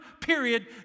period